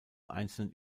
einzelnen